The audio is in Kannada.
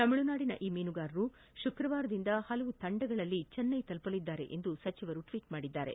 ತಮಿಳುನಾಡಿನ ಈ ಮೀನುಗಾರರು ಶುಕ್ರವಾರದಿಂದ ವಿವಿಧ ತಂಡಗಳಲ್ಲಿ ಚೆನ್ನೈ ತಲುಪಲಿದ್ದಾರೆ ಎಂದು ಸಚಿವರು ಟ್ಟೀಟ್ ಮಾಡಿದ್ದಾರೆ